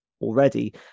already